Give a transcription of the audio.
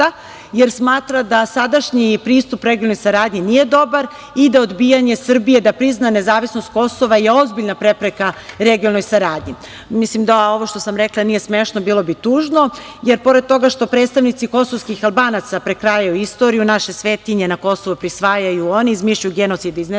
jer smatra da sadašnji pristup regionalnoj saradnji nije dobar i da odbijanje Srbije da prizna nezavisnost Kosova je ozbiljna prepreka regionalnoj saradnji. Mislim da ovo što sam rekla nije smešno bilo bi tužno, jer pored toga što predstavnici kosovskih Albanaca prekrajaju istoriju naše svetinje na Kosovu prisvajaju oni, izmišljaju genocide iz ne znam